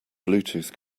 bluetooth